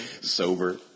Sober